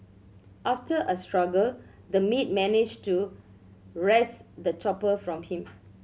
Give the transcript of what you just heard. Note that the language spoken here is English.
after a struggle the maid managed to wrest the chopper from him